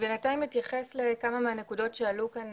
בינתיים אני אתייחס לכמה מהנקודות שעלו כאן